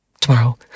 Tomorrow